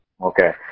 Okay